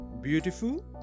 beautiful